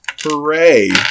Hooray